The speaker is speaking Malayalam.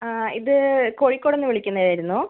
ഇത് കോഴിക്കോടിന്ന് വിളിക്കുന്നേ ആയിരുന്നു